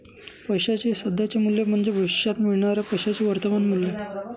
पैशाचे सध्याचे मूल्य म्हणजे भविष्यात मिळणाऱ्या पैशाचे वर्तमान मूल्य आहे